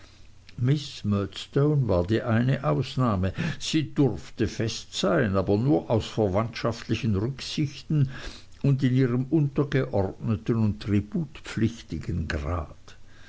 murdstone war die eine ausnahme sie durfte fest sein aber nur aus verwandtschaftlichen rücksichten und in einem untergeordneten und tributpflichtigen grad